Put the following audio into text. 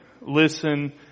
Listen